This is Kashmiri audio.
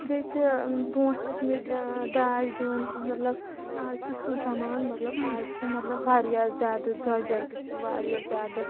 بیٚیہِ چھِ برونٛٹھ تہِ ٲسۍ مٕتۍ داج دِوان مطلب اَز چھُ سُہ زمانہٕ مطلب اَز چھِ مطلب واریاہ زیادٕ درٛۄجَر تہِ چھُ واریاہ زیادٕ